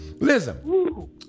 Listen